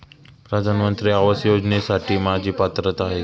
प्रधानमंत्री आवास योजनेसाठी माझी पात्रता आहे का?